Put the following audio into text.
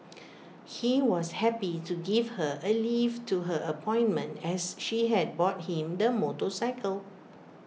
he was happy to give her A lift to her appointment as she had bought him the motorcycle